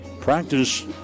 practice